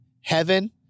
heaven